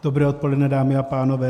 Dobré odpoledne, dámy a pánové.